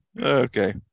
Okay